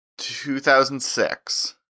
2006